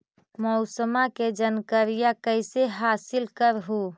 मौसमा के जनकरिया कैसे हासिल कर हू?